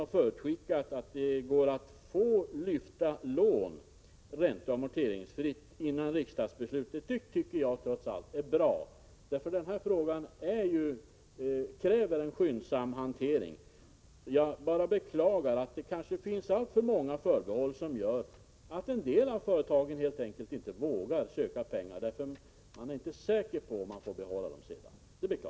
Trots allt tycker jag att det är bra att regeringen före Om vi: ländsk riksdagsbeslutet har gått in och förutskickat att det går att lyfta lån ränteoch ESA PEN RR amorteringsfritt. Den här frågan kräver, som sagt, en skyndsam hantering. pv i p / å 4 4 ningsföretags situation Jag bara beklagar att det kanske finns alltför många förbehåll som gör att med arledning äv man vid en del företag helt enkelt inte vågar ansöka om pengar, därför att . BY SEE Ar kärnkraftsolyckan i man inte är säker på att man får behålla pengarna.